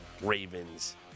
Ravens